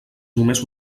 només